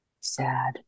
Sad